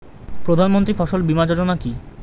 প্রধানমন্ত্রী ফসল বীমা যোজনা কি?